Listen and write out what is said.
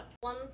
one